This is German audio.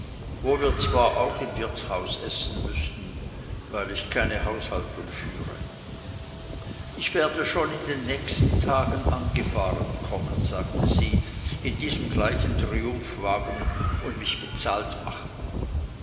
wo wir zwar auch im wirtshause essen müßten weil ich keine haushaltung führe ich werde schon in den nächsten tagen angefahren kommen sagte sie in diesem gleichen triumphwagen und mich bezahlt machen